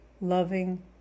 loving